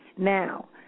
Now